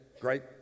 Great